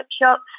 workshops